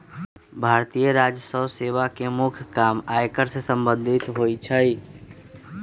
भारतीय राजस्व सेवा के मुख्य काम आयकर से संबंधित होइ छइ